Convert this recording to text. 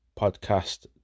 podcast